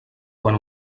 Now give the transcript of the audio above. quan